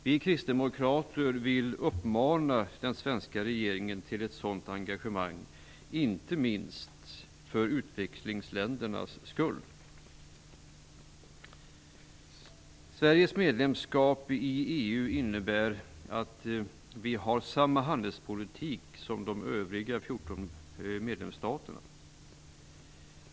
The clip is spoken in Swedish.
Vi kristdemokrater vill uppmana den svenska regeringen till ett sådant engagemang, inte minst för utvecklingsländernas skull. Sveriges medlemskap i EU innebär att vi har samma handelspolitik som de övriga 14 medlemsstaterna.